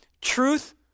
Truth